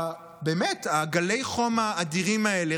גלי החום האדירים האלה,